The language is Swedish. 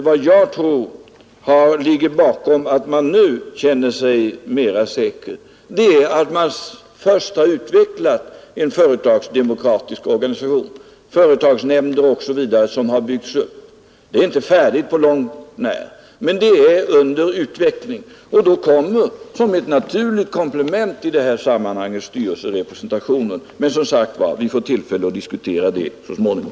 Vad jag tror ligger bakom att man nu känner sig mera säker är att man först har utvecklat en företagsdemokratisk organisation, företagsnämnder osv. Det är inte färdigt på långt när, men det är under utveckling, och då kommer som ett naturligt komplement i detta sammanhang styrelserepresentationen. Men, som sagt, vi får tillfälle att diskutera det grundligare så småningom.